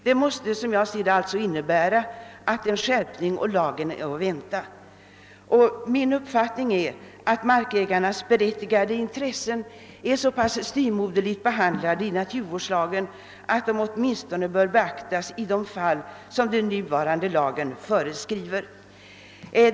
Det måste, vad jag kan finna, innebära att en skärpning av lagen är att vänta. Min uppfattning är att markägarnas berättigade intressen är så pass styvmoderligt behandlade i naturvårdslagen, att de åtminstone bör beaktas så långt att föreskrifterna i 8 15 i lagen tillämpas enligt ordalydelsen.